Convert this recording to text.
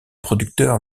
producteur